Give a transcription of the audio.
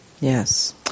Yes